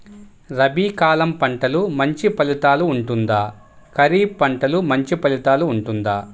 రబీ కాలం పంటలు మంచి ఫలితాలు ఉంటుందా? ఖరీఫ్ పంటలు మంచి ఫలితాలు ఉంటుందా?